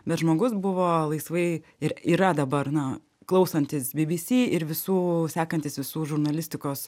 bet žmogus buvo laisvai ir yra dabar na klausantis bbc ir visų sekantis visų žurnalistikos